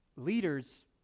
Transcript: Leaders